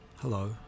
Hello